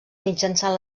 mitjançant